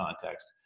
context